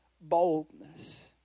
boldness